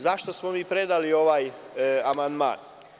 Zašto smo mi predali ovaj amandman?